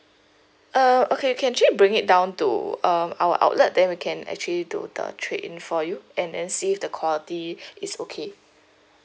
err okay you can actually bring it down to um our outlet then we can actually do the trade in for you and and see if the quality is okay